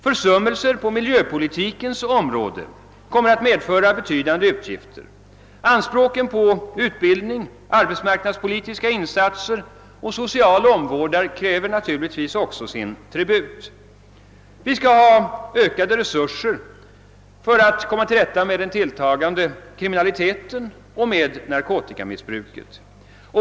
Försummelser på miljöpolitikens område kommer att medföra betydande utgifter, och anspråken på utbildning, på arbetsmarknadspolitiska insatser och på social omvårdnad kräver naturligtvis också sin tribut. Vi skall vidare ha ökade resurser för att komma till rätta med den tilltagande kriminaliteten och narkotikamissbruket.